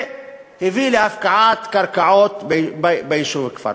והביא להפקעת קרקעות ביישוב כפר-קרע.